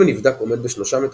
אם הנבדק עומד בשלושה מתוכם,